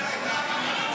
תודה רבה.